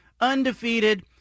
undefeated